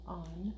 on